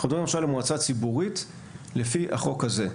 אנחנו מדברים עכשיו על המועצה הציבורית לפי החוק הזה,